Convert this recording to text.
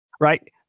Right